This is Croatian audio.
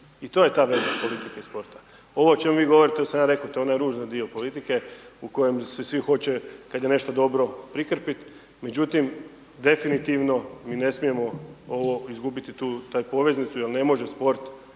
i to je ta veza politike i sporta. Ovo o čemu vi govorite, to sam ja rekao, to je onaj ružan dio politike u kojem se svi hoće, kad je nešto dobro, prikrpit, međutim, definitivno, mi ne smijemo ovo izgubiti tu, taj poveznicu jel ne može sport